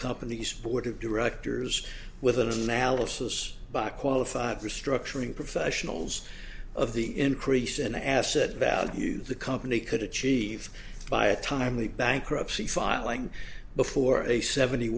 company's board of directors with an analysis by qualified restructuring professionals of the increase in asset value the company could achieve by a timely bankruptcy filing before a seventy